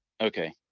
Okay